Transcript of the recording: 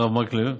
ממך, הרב מקלב.